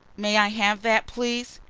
may i have that please?